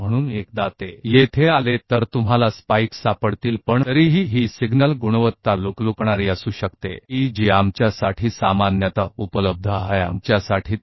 चेतना इसलिए एक बार जब वे यहां आते हैं तो आप स्पाइक्स पा सकते हैं यदि समान हो तो लेकिन फिर भी यह SIGNALकी गुणवत्ता पलक हो सकती है जो हमारे लिए सामान्य रूप से उपलब्ध है वह हमारे लिए इतना आसान है